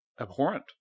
abhorrent